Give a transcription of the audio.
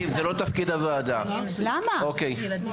דלל (יו”ר הוועדה לזכויות הילד): חברים,